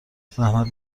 زحمت